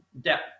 depth